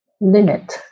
limit